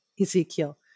Ezekiel